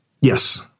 Yes